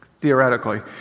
theoretically